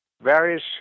varies